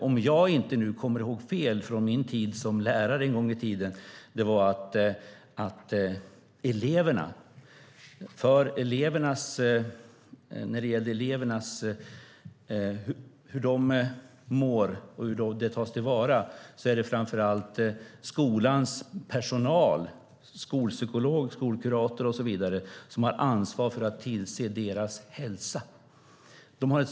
Om jag inte kommer ihåg fel från min tid som lärare är det skolans personal, skolpsykolog, skolkurator och så vidare, som har ansvaret för att se till elevernas hälsa och att de mår bra.